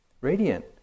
radiant